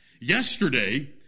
Yesterday